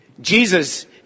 Jesus